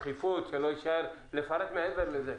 דחיפות, לפרט מעבר לזה.